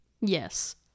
yes